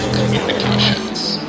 communications